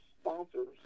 sponsors